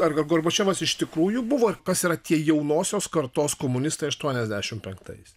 ar ar gorbačiovas iš tikrųjų buvo kas yra tie jaunosios kartos komunistai aštoniasdešimt penktais